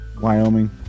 Wyoming